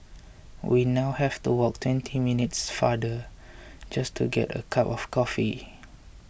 we now have to walk twenty minutes farther just to get a cup of coffee